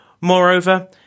Moreover